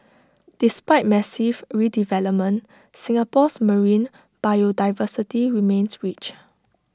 despite massive redevelopment Singapore's marine biodiversity remains rich